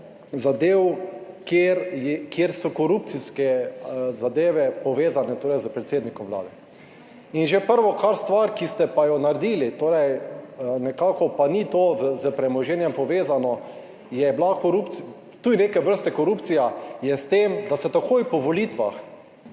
je, kjer so korupcijske zadeve povezane torej s predsednikom Vlade in že prvo kar stvar, ki ste pa jo naredili, torej, nekako pa ni to s premoženjem povezano, je bila korupcija, tudi neke vrste korupcija, je s tem, da ste takoj po volitvah,